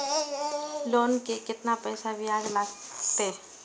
Loan के केतना पैसा ब्याज लागते?